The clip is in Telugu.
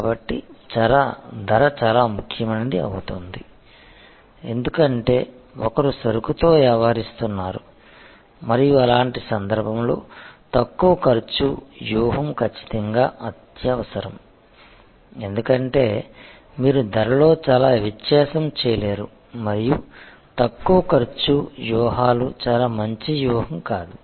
కాబట్టి ధర చాలా ముఖ్యమైనది అవుతుంది ఎందుకంటే ఒకరు సరుకుతో వ్యవహరిస్తున్నారు మరియు అలాంటి సందర్భంలో తక్కువ ఖర్చు వ్యూహం ఖచ్చితంగా అత్యవసరం ఎందుకంటే మీరు ధరలో చాలా వ్యత్యాసం చేయలేరు మరియు తక్కువ ఖర్చు వ్యూహాలు చాలా మంచి వ్యూహం కాదు